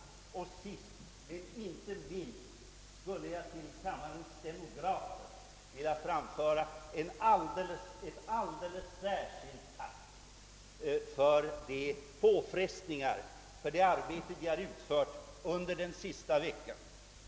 Sist men inte minst skulle jag till kammarens stenografer vilja framföra ett alldeles särskilt tack för det påfrestande arbete de har utfört under den senaste veckan.